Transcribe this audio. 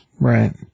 Right